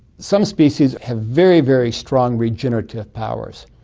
some species have very, very strong regenerative powers.